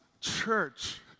church